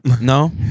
No